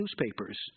newspapers